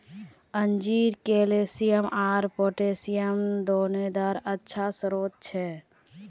अंजीर कैल्शियम आर पोटेशियम दोनोंरे अच्छा स्रोत छे